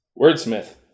Wordsmith